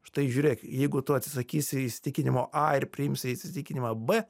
štai žiūrėk jeigu tu atsisakysi įsitikinimo a ir priimsi įsitikinimą b